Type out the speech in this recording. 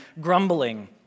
grumbling